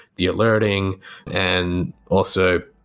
the alerting and also